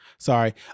sorry